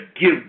give